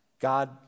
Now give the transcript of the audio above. God